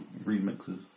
remixes